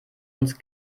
uns